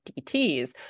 DTs